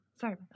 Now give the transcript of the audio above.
Sorry